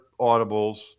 audibles